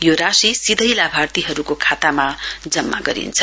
यो राशि सीधैं लाभार्थीहरूको खातामा जम्मा गरिन्छ